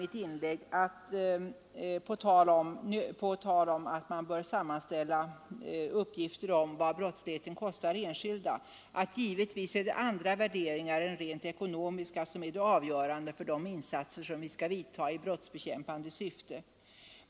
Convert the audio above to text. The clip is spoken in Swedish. Beträffande frågan om att sammanställa uppgifter på vad brottsligheten kostar enskilda människor sade jag tidigare att det givetvis är andra värderingar än de rent ekonomiska som är avgörande för de insatser vi skall göra i brottsbekämpande syfte.